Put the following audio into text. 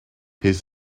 he’s